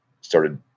started